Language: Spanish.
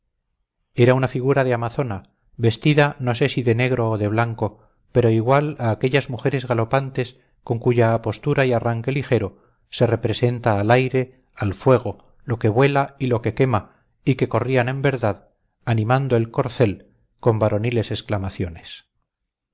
era una figura de amazona vestida no sé si de negro o de blanco pero igual a aquellas mujeres galopantes con cuya apostura y arranque ligero se representa al aire al fuego lo que vuela y lo que quema y que corrían en verdad animando al corcel con varoniles exclamaciones